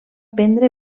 prendre